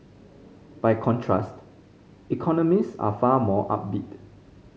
by contrast economist are far more upbeat